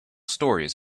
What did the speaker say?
stories